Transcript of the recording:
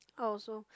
oh so